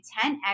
10X